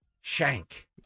Shank